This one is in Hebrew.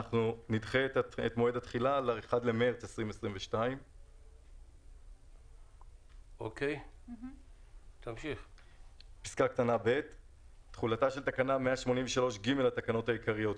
נדחה את מועד התחילה ל-1 במרץ 2022. (ב)תחילתה של תקנה 183ג לתקנות העיקריות,